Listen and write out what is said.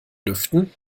lüften